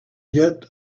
yet